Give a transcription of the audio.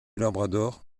labrador